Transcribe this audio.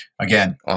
again